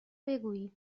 بگویی